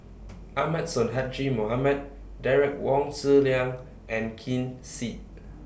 Ahmad Sonhadji Mohamad Derek Wong Zi Liang and Ken Seet